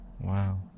Wow